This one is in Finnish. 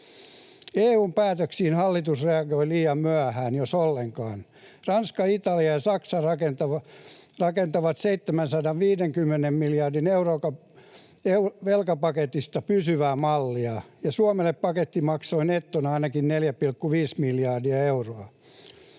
EU:n päätöksiin hallitus reagoi liian myöhään, jos ollenkaan. Ranska, Italia ja Saksa rakentavat 750 miljardin euron velkapaketista pysyvää mallia, ja Suomelle paketti maksoi nettona ainakin 4,5 miljardia euroa.